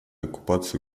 оккупации